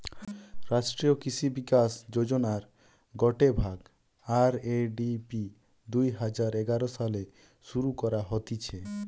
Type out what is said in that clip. রাষ্ট্রীয় কৃষি বিকাশ যোজনার গটে ভাগ, আর.এ.ডি.পি দুই হাজার এগারো সালে শুরু করা হতিছে